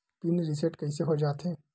Pin reset कइसे हो जाथे?